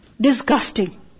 Disgusting